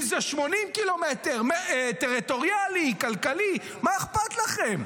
אם זה 80 ק"מ, טריטוריאלי, כלכלי, מה אכפת לכם?